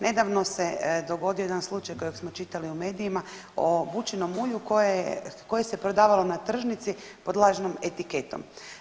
Nedavno se dogodio jedan slučaj kojeg smo čitali u medijima o bučinom ulju koje se prodavalo na tržnici pod lažnom etiketom.